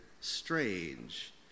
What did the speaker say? strange